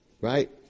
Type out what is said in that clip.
Right